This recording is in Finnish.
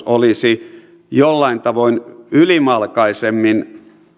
olisi jollain tavoin ylimalkaisemmin